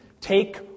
Take